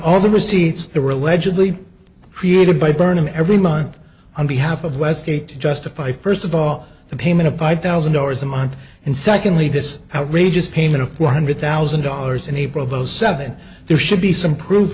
all the receipts there were allegedly created by burnham every month on behalf of westgate justify first of all the payment of five thousand dollars a month and secondly this outrageous payment of one hundred thousand dollars in april those seven there should be some proof